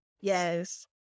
yes